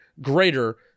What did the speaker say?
greater